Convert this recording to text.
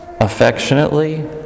affectionately